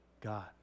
God